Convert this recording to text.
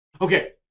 Okay